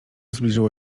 zbliżyło